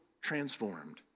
transformed